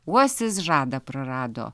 uosis žadą prarado